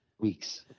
weeks